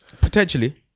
Potentially